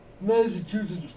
Massachusetts